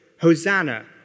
Hosanna